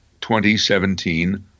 2017